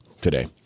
today